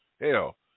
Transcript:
Hell